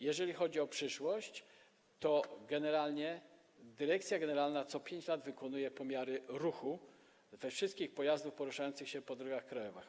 Jeżeli chodzi o przyszłość, to dyrekcja generalna co 5 lat wykonuje pomiary ruchu wszystkich pojazdów poruszających się po drogach krajowych.